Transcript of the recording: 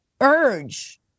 urge